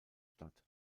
stadt